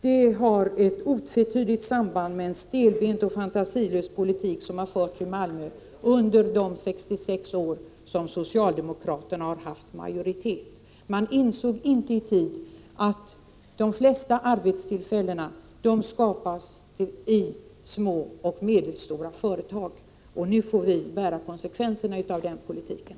Det har ett otvetydigt samband med en stelbent och fantasilös politik som har förts i Malmö under de 66 år som socialdemokraterna har haft majoritet där. Man insåg inte i tid att de flesta arbetstillfällena skapas i små och medelstora företag. Nu får vi bära konsekvenserna av den politiken.